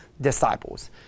disciples